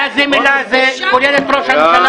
"מילה זה מילה" זה כולל את ראש הממשלה?